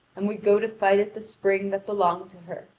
and would go to fight at the spring that belonged to her,